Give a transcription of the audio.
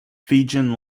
fijian